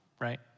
right